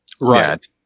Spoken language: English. Right